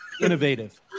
innovative